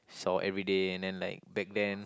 sore everyday and then like back then